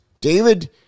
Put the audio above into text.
David